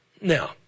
Now